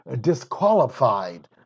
disqualified